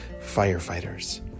firefighters